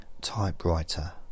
typewriter